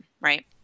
right